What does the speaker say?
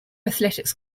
athletics